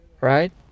Right